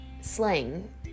slang